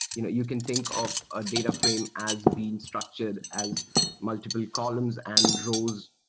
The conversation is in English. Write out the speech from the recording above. you know you can think of a data frame as being structured as multiple columns and rows.